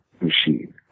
machine